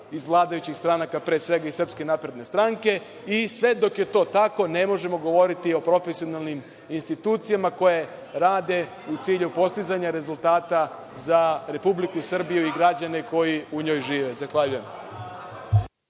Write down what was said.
iz vladajućih stranaka, pre svega iz SNS. Sve dok je to tako, ne možemo govoriti o profesionalnim institucijama koje rade u cilju postizanja rezultata za Republiku Srbiju i građane koji u njoj žive. Zahvaljujem.